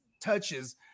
touches